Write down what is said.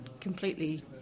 completely